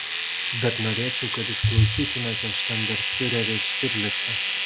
bet norėčiau kad išklausytumėte štandartenfiurerį štirlicą